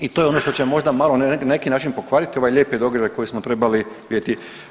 I to je ono što će možda malo na neki način pokvariti ovaj lijepi događaj koji smo trebali vidjeti.